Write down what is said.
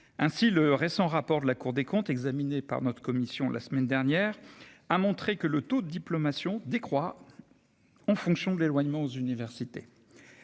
Ainsi le récent rapport de la Cour des comptes examinés par notre commission la semaine dernière a montré que le taux de diplomation décroît. En fonction de l'éloignement aux universités.